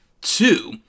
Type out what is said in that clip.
Two